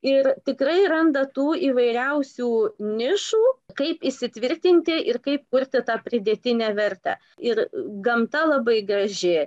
ir tikrai randa tų įvairiausių nišų kaip įsitvirtinti ir kaip kurti tą pridėtinę vertę ir gamta labai graži